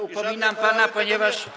Upominam pana, ponieważ.